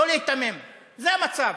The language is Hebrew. לא להיתמם, זה המצב.